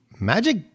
Magic